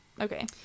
Okay